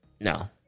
No